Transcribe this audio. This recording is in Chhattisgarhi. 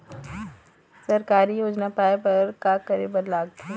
सरकारी योजना पाए बर का करे बर लागथे?